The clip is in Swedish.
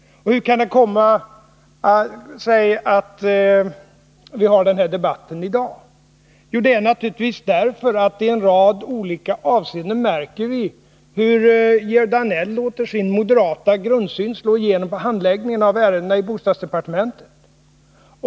Och hur kan det komma sig att vi har den här debatten i dag? Det är naturligtvis därför att vi i en rad olika avseenden märker hur Georg Danell låter sin moderata grundsyn slå igenom på handläggningen av ärenden i bostadsdepartementet.